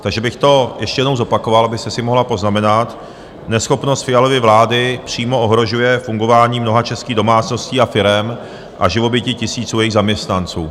Takže bych to ještě jednou zopakoval, abyste si mohla poznamenat: Neschopnost Fialovy vlády přímo ohrožuje fungování mnoha českých domácností a firem a živobytí tisíců jejich zaměstnanců.